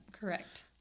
Correct